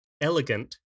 elegant